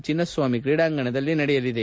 ಚಿನ್ನಸ್ವಾಮಿ ಕ್ರೀಡಾಂಗಣದಲ್ಲಿ ನಡೆಯಲಿದೆ